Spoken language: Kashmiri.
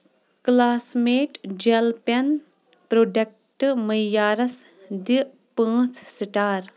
کلاس میٹ جٮ۪ل پٮ۪ن پروڈیکٹ معیارَس دِ پانٛژھ سٹار